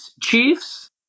Chiefs